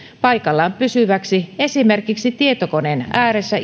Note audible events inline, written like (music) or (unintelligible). paikallaan pysyväksi esimerkiksi tietokoneen ääressä (unintelligible)